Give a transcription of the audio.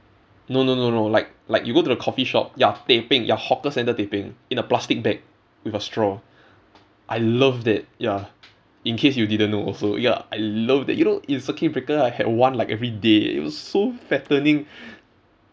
no no no no like like you go to the coffee shop ya teh peng ya hawker centre teh peng in a plastic bag with a straw I love that ya in case you didn't know also ya I love that you know in circuit breaker I had one like every day it was so fattening